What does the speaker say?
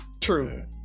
true